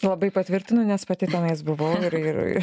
labai patvirtinu nes pati tenais buvau ir ir